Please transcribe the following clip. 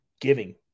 giving